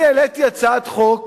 אני העליתי הצעת חוק